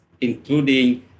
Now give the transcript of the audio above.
including